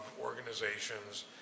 organizations